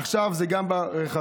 עכשיו זה גם ברכבים,